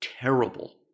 terrible